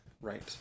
Right